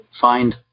find